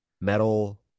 metal